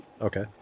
Okay